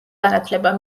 განათლება